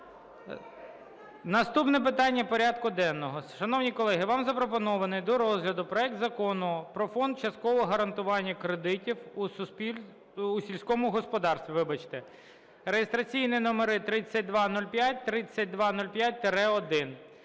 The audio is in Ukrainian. Наступне питання порядку денного. Шановні колеги, вам запропонований до розгляду проект Закону про Фонд часткового гарантування кредитів у суспільному... у сільському господарстві, вибачте, (реєстраційні номери 3205, 3205-1).